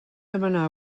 demanar